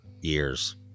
years